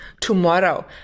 tomorrow